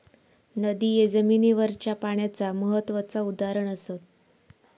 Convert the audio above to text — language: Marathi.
नदिये जमिनीवरच्या पाण्याचा महत्त्वाचा उदाहरण असत